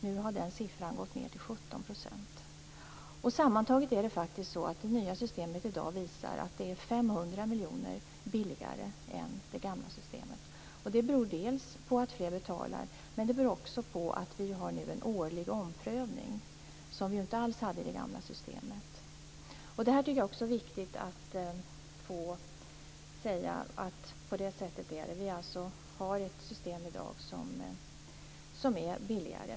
Nu har den siffran gått ned till 17 %. Sammantaget är det nya systemet i dag 500 miljoner kronor billigare än det gamla systemet. Det beror dels på att det är fler som betalar, dels på att det sker en årlig omprövning, vilket man inte alls hade i det gamla systemet. Det är alltså viktigt att få sagt att dagens system är billigare.